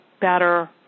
better